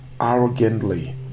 arrogantly